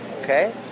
okay